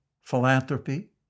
philanthropy